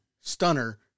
Stunner